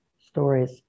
stories